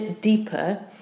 deeper